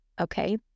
okay